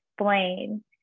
explain